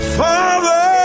father